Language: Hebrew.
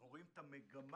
אנחנו רואים את המגמה